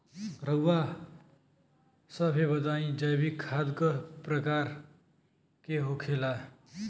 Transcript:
रउआ सभे बताई जैविक खाद क प्रकार के होखेला?